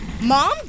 Mom